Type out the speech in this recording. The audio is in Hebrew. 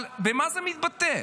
אבל במה זה מתבטא?